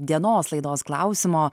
dienos laidos klausimo